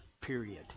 Period